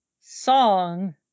song